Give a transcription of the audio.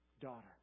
daughter